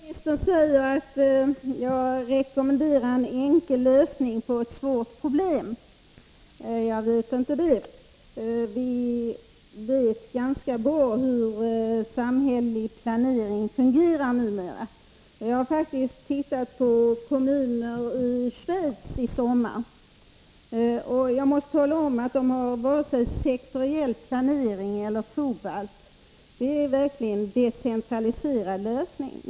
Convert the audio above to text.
Fru talman! För det första vill jag bemöta det civilministern sade om att jag rekommenderar en enkel lösning på ett svårt problem. Jag kan inte hålla med om det — vi vet ganska bra hur samhällelig planering fungerar numera. I somras studerade jag hur detta fungerar i olika kommuner i Schweiz. Där har man varken sektoriell planering eller Fobalt, utan en verkligen decentraliserad lösning.